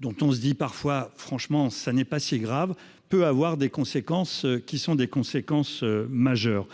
dont on se dit parfois franchement ça n'est pas si grave peut avoir des conséquences qui sont des conséquences majeures.